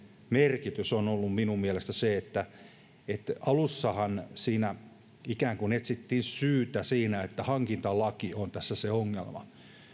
merkitys on ollut minun mielestäni se että alussahan siinä ikään kuin etsittiin syytä siitä että hankintalaki on tässä se ongelma